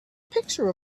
picture